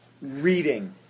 Reading